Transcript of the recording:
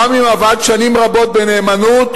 גם אם עבד שנים רבות בנאמנות,